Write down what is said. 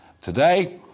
today